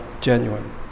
genuine